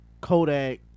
Kodak